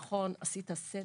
נכון, עשית סדר.